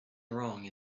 wrong